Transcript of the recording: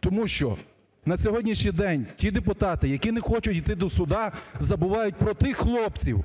Тому що на сьогоднішній день ті депутати, які не хочуть йти до суду, забувають про тих хлопців,